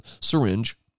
syringe